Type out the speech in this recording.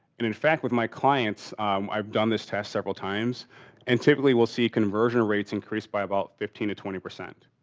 and, in fact, with my clients i've done this test several times and typically we'll see conversion rates increased by about fifteen to twenty percent.